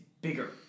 bigger